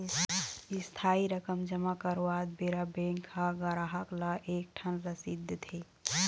इस्थाई रकम जमा करवात बेरा बेंक ह गराहक ल एक ठन रसीद देथे